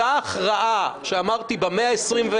אותה הכרעה, שאמרתי במאה ה-21,